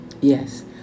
Yes